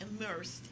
immersed